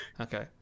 okay